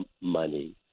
money